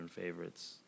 favorites